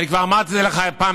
אני כבר אמרתי את זה לך פעם,